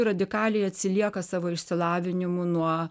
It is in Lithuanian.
radikaliai atsilieka savo išsilavinimu nuo